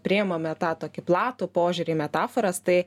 priimame tą tokį platų požiūrį į metaforas tai